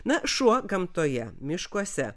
na šuo gamtoje miškuose